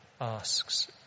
asks